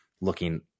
looking